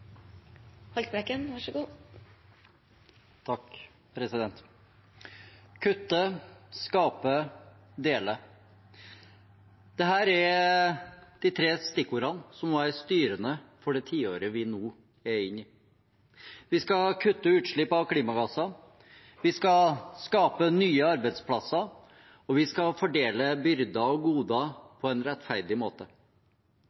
de tre stikkordene som må være styrende for det tiåret vi nå er inne i. Vi skal kutte utslippene av klimagassene, vi skal skape nye arbeidsplasser, og vi skal fordele byrder og goder